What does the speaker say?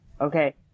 Okay